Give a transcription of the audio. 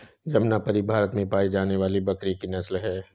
जमनापरी भारत में पाई जाने वाली बकरी की नस्ल है